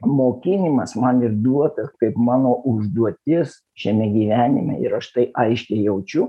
mokėjimas man ir duotas kaip mano užduotis šiame gyvenime ir aš tai aiškiai jaučiu